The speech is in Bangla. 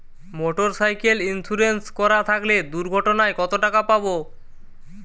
মোটরসাইকেল ইন্সুরেন্স করা থাকলে দুঃঘটনায় কতটাকা পাব?